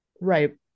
right